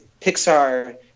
Pixar